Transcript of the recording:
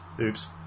oops